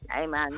Amen